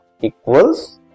equals